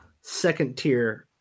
second-tier